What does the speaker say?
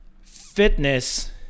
fitness